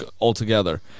altogether